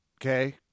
Okay